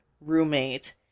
roommate